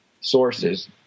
sources